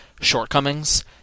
shortcomings